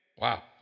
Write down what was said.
Wow